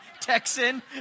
Texan